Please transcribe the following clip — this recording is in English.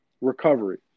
recovery